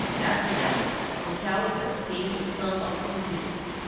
after them from calydon came the son of oeneus,